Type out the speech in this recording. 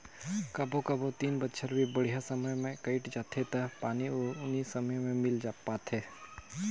कभों कभों तीन बच्छर भी बड़िहा समय मे कइट जाथें त पानी उनी समे मे मिल पाथे